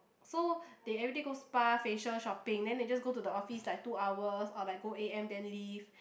so they everyday go spa facial shopping then they just go to the office like two hours or like go A_M then leave